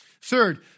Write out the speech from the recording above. Third